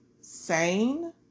sane